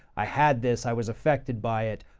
i had this, i was affected by it.